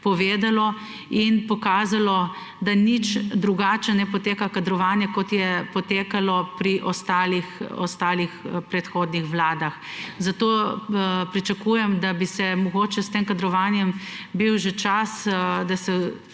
povedalo in pokazalo, da nič drugače ne poteka kadrovanje, kot je potekalo pri ostalih prehodnih vladah. Zato pričakujem, da bi mogoče s tem kadrovanjem bil že čas, da se